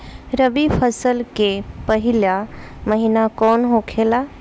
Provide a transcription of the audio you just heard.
रबी फसल के पहिला महिना कौन होखे ला?